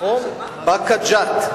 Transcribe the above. באקה ג'ת.